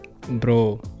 Bro